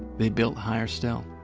they built higher still